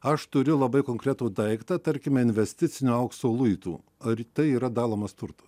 aš turiu labai konkretų daiktą tarkime investicinio aukso luitų ar tai yra dalomas turto